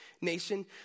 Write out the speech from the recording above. nation